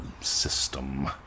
system